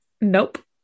Nope